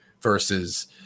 versus